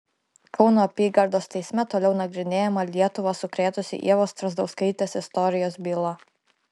kauno apygardos teisme toliau nagrinėjama lietuvą sukrėtusį ievos strazdauskaitės istorijos byla